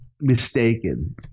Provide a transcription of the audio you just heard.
mistaken